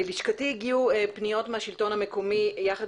ללשכתי הגיעו פניות מהשלטון המקומי יחד